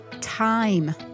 time